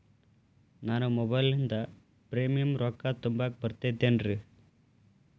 ನಾನು ಮೊಬೈಲಿನಿಂದ್ ಪ್ರೇಮಿಯಂ ರೊಕ್ಕಾ ತುಂಬಾಕ್ ಬರತೈತೇನ್ರೇ?